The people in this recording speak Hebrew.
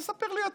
אז ספר לי אתה.